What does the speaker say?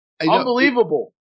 unbelievable